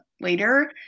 later